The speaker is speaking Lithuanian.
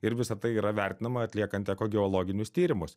ir visa tai yra vertinama atliekant ekogeologinius tyrimus